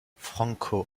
franco